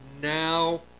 now